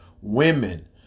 women